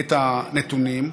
את הנתונים,